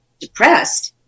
depressed